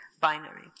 binary